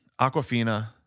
Aquafina